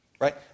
Right